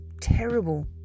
terrible